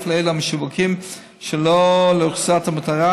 אף לאלה המשווקים שלא לאוכלוסיות המטרה,